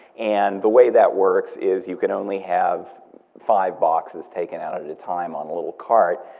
and the way that works is you can only have five boxes taken out at a time on a little cart,